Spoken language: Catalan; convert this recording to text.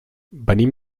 venim